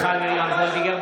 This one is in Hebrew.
(קורא בשמות חברי הכנסת) מיכל מרים וולדיגר,